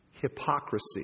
hypocrisy